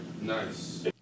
nice